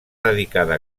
dedicada